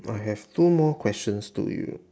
I have two more questions to you